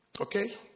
Okay